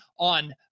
On